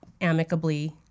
amicably